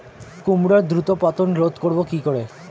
কুমড়োর দ্রুত পতন রোধ করব কি করে?